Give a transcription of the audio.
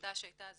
לילדה שהייתה אז